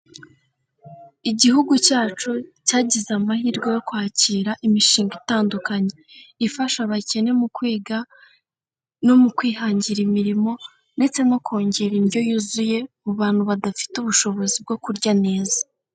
Igihugu cyacu cyagize amahirwe yo kwakira imishinga itandukanye, ifasha abakene mu kwiga no mu kwihangira imirimo ndetse no kongera indyo yuzuye mu bantu badafite ubushobozi bwo kurya neza.